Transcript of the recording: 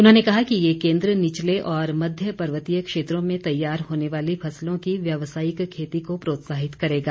उन्होंने कहा कि ये केन्द्र निचले और मध्य पर्वतीय क्षेत्रों में तैयार होने वाली फसलों की व्यवसायिक खेती को प्रोत्साहित करेगा